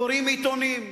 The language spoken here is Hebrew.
וקוראים עיתונים.